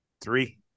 Three